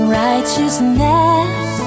righteousness